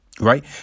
Right